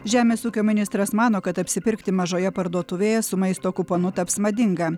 žemės ūkio ministras mano kad apsipirkti mažoje parduotuvėje su maisto kuponu taps madinga